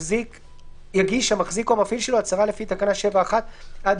יגיש המחזיק או המפעיל שלו הצהרה לפי תקנה 7(1) עד